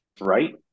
right